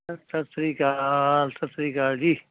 ਸ ਸਤਿ ਸ਼੍ਰੀ ਅਕਾਲ ਸਤਿ ਸ਼੍ਰੀ ਅਕਾਲ ਜੀ